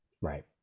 Right